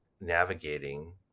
navigating